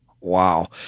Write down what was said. Wow